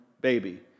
baby